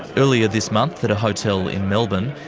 earlier this month at a hotel in melbourne,